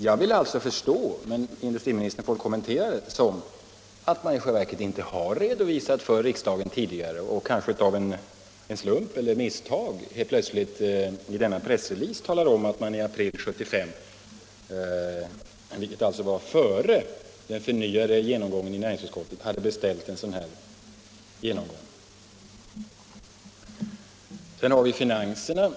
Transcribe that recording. Jag vill alltså förstå detta så, men industriministern får väl kommentera det, att man inte har redovisat detta för riksdagen tidigare och kanske av en slump eller av misstag plötsligt i denna pressrelease talar om att man i april 1975, vilket alltså var före den förnyade genomgången i näringsutskottet, hade beställt en fördjupad projektering. Sedan har vi finanserna.